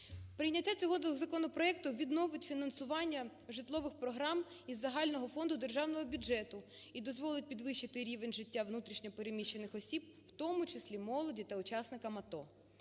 Прийняття цього законопроекту відновить фінансування житлових програм із загального фонду Державного бюджету і дозволить підвищити рівень життя внутрішньо переміщених осіб, в тому числі молоді та учасникам АТО.